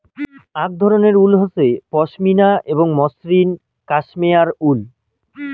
আক ধরণের উল হসে পশমিনা এবং মসৃণ কাশ্মেয়ার উল